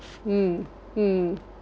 mm mm